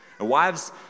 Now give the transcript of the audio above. Wives